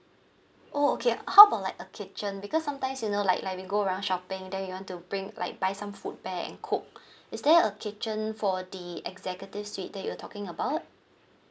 oh okay how about like a kitchen because sometimes you know like like we go around shopping then we want to bring like buy some food back and cook is there a kitchen for the executive suite that you're talking about